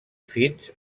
fins